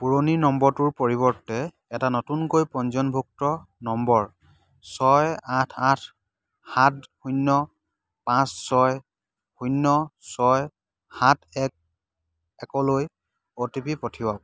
পুৰণি নম্বৰটোৰ পৰিৱৰ্তে এটা নতুনকৈ পঞ্জীয়নভুক্ত নম্বৰ ছয় আঠ আঠ সাত শূন্য় পাঁচ ছয় শূন্য় ছয় সাত এক একলৈ অ' টি পি পঠিয়াওক